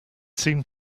seemed